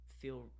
feel